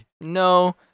no